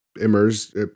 immersed